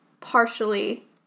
partially